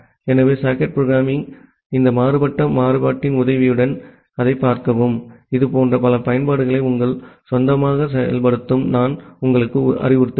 ஆகவே சாக்கெட் புரோகிராமிங்கின் இந்த மாறுபட்ட மாறுபாட்டின் உதவியுடன் அதைப் பார்க்கவும் இதுபோன்ற பல பயன்பாடுகளை உங்கள் சொந்தமாக செயல்படுத்தவும் நான் உங்களுக்கு அறிவுறுத்துகிறேன்